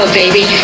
baby